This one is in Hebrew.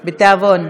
בתיאבון.